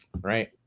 Right